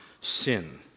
sin